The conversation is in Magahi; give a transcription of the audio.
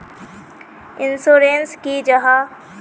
इंश्योरेंस की जाहा?